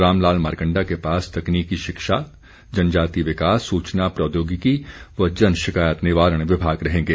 रामलाल मारकंडा के पास तकनीकी शिक्षा जनजातीय विकास सूचना प्रौद्योगिकी व जन शिकायत निवारण विभाग रहेंगे